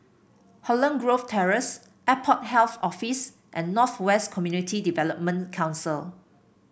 Holland Grove Terrace Airport Health Office and North West Community Development Council